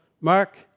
Mark